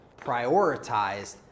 prioritized